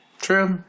True